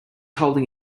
holding